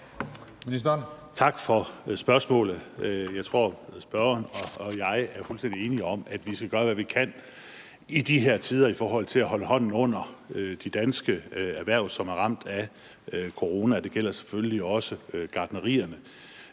Tak for spørgsmålet. Jeg tror, spørgeren og jeg er fuldstændig enige om, at vi skal gøre, hvad vi kan, i de her tider i forhold til at holde hånden under de danske erhverv, som er ramt af coronakrisen, og det gælder selvfølgelig også gartnerierne.